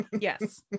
yes